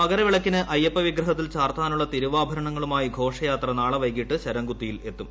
മകരവിളക്കിന് അയ്യപ്പ വിഗ്രഹത്തിൽ ചാർത്താനുള്ള തിരുവാഭരണങ്ങളുമായി ഘോഷയാത്ര നാളെ വൈകിട്ട് ശരംകുത്തിയിൽ എത്തും